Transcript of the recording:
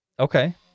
Okay